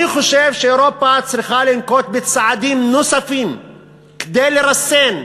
אני חושב שאירופה צריכה לנקוט צעדים נוספים כדי לרסן,